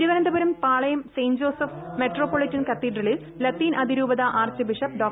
Thiruvananthapuram Palayam saint Joseph's metropolitan കത്തീഡ്രലിൽ ലത്തീൻ അതിരൂപതാ ബിഷപ്പ് ഡോ